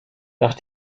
nach